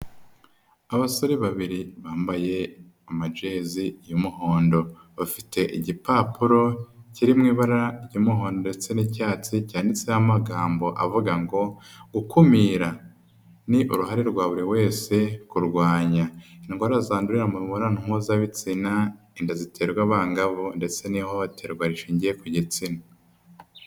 Abasore babiri bambaye amajeze y'umuhondo. Bafite igipapuro kiri mu ibara ry'umuhondo ndetse n'icyatsi cyanitseho amagambo avuga ngo gukumira. Ni uruhare rwa buri wese kurwanya indwara zandurira mu mibonano mpuzabitsina, inda ziterwa abangavu ndetse n'ihohoterwa rishingiye ku gitsina.